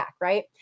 right